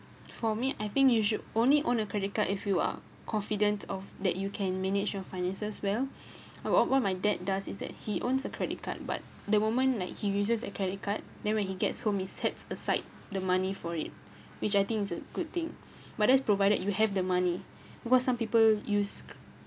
for me I think you should only own a credit card if you are confident of that you can manage your finances well about what my dad does is that he owns a credit card but the moment like he uses a credit card then when he gets home he sets aside the money for it which I think is a good thing but that's provided you have the money what some people use